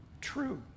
true